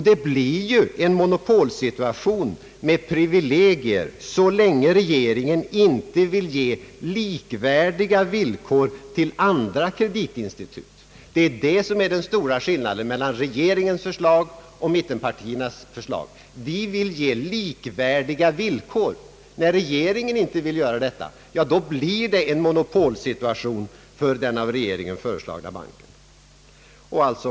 Det blir ju en monopolsituation med privilegier, så länge regeringen inte vill ge likvärdiga villkor till andra kreditinstitut. Detta är den stora skillnaden mellan rege ringens förslag och mittenpartiernas förslag. Vi vill ge likvärdiga villkor. När regeringen inte vill göra det blir det en monopolsituation för den av regeringen föreslagna banken.